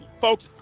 folks